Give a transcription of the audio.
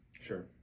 Sure